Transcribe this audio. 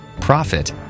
profit